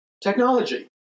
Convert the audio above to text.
technology